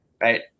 right